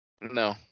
No